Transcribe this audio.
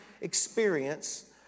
experience